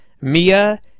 Mia